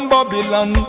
Babylon